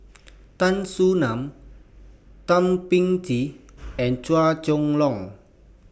Tan Soo NAN Thum Ping Tjin and Chua Chong Long